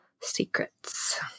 Secrets